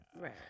Right